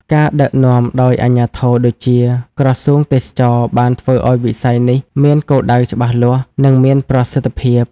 ការដឹកនាំដោយអាជ្ញាធរដូចជា ក្រសួងទេសចរណ៍បានធ្វើឱ្យវិស័យនេះមានគោលដៅច្បាស់លាស់ និងមានប្រសិទ្ធភាព។